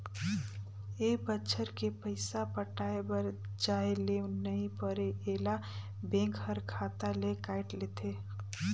ए बच्छर के पइसा पटाये बर जाये ले नई परे ऐला बेंक हर खाता ले कायट लेथे